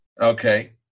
Okay